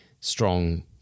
strong